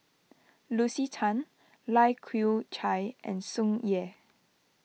Lucy Tan Lai Kew Chai and Tsung Yeh